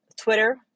Twitter